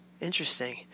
Interesting